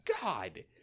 God